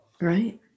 Right